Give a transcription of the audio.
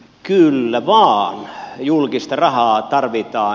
kyllä vain julkista rahaa tarvitaan